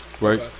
right